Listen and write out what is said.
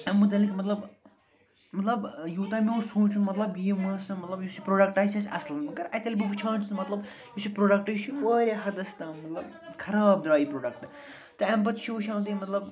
اَمہِ متعلق مطلب مطلب یوٗتاہ مےٚ اوس سوٗنٛچمُت مطلب یِم آسَن مطلب یُس یہِ پرٛوڈکٹ آسہِ اصٕل مگر اَتہِ ییٚلہِ بہٕ وٕچھان چھُس مطلب یُس یہِ پرٛوڈکٹ چھُ یہِ چھُ وارِیاہ حدس تام مطلب خراب درٛاو یہِ پرٛوڈکٹ تہٕ اَمہِ پتہٕ چھُو وٕچھان تُہۍ مطلب